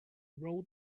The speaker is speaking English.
rolled